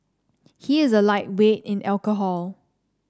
he is a lightweight in alcohol